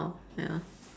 orh ya